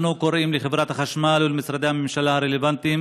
אנחנו קוראים לחברת החשמל ולמשרדי הממשלה הרלוונטיים